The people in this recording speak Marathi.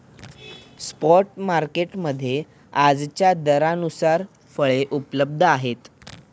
स्पॉट मार्केट मध्ये आजच्या दरानुसार फळे उपलब्ध आहेत